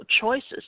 choices